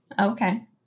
okay